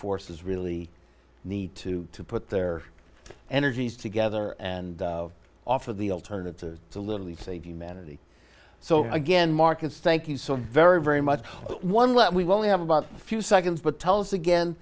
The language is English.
forces really need to put their energies together and offer the alternative to literally save humanity so again markets thank you so very very much one what we only have about a few seconds but tell us again